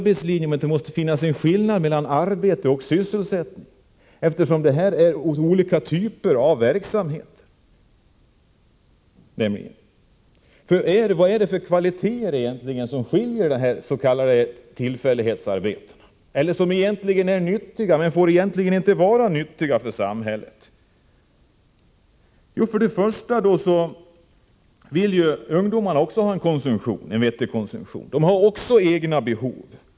Det måste finnas en skillnad mellan arbete och sysselsättning, eftersom det gäller olika typer av verksamhet. Vad är det egentligen för kvaliteter som skiljer de s.k. tillfällighetsarbetena från fasta arbeten? Tillfällighetsarbetena är egentligen nyttiga för samhället, men de får inte vara nyttiga. Ungdomarna vill ju också ha en vettig konsumtion. De har också egna behov.